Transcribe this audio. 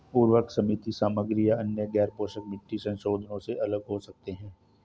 उर्वरक सीमित सामग्री या अन्य गैरपोषक मिट्टी संशोधनों से अलग हो सकते हैं